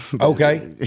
Okay